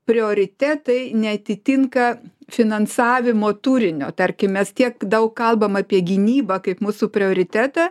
prioritetai neatitinka finansavimo turinio tarkim mes tiek daug kalbam apie gynybą kaip mūsų prioritetą